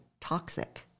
toxic